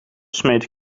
smeet